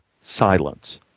Silence